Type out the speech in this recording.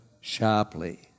sharply